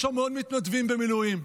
יש המון מתנדבים במילואים,